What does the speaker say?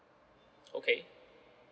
okay